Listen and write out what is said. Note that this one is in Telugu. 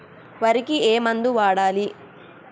వరికి ఏ మందు వాడాలి?